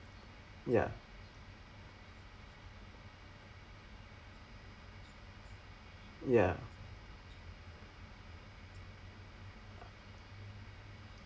ya ya